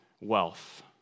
wealth